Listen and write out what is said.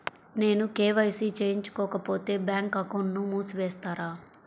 నేను కే.వై.సి చేయించుకోకపోతే బ్యాంక్ అకౌంట్ను మూసివేస్తారా?